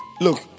Look